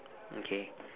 okay